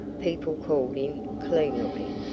people called him clean-looking.